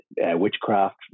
witchcraft